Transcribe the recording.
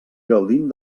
gaudint